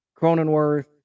Cronenworth